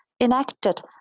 enacted